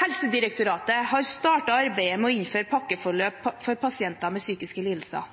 Helsedirektoratet har startet arbeidet med å innføre pakkeforløp for pasienter med psykiske lidelser.